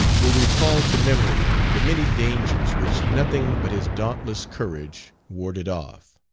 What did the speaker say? will recall to memory the many dangers which nothing but his dauntless courage warded off.